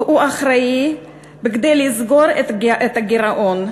והוא אחראי, כדי לסגור את הגירעון,